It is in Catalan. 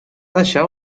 deixar